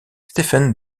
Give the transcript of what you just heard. stephen